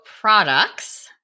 products